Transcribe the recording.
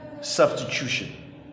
substitution